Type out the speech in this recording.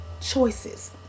choices